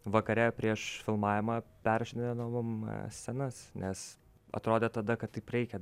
vakare prieš filmavimą perrašinėdavom scenas nes atrodė tada kad taip reikia